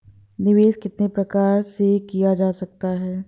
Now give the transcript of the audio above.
निवेश कितनी प्रकार से किया जा सकता है?